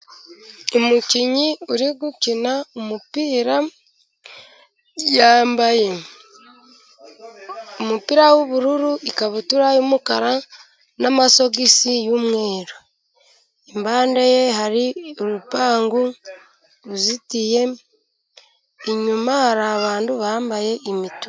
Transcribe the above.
Umukinnyi uri gukina umupira, yambaye umupira w'ubururu ikabutura y'umukara n'amasogisi y'umweru, iruhande rwe hari urupangu ruzitiye, inyuma hari abantu bambaye imituku.